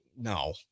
No